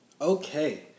Okay